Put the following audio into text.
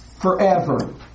forever